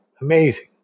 amazing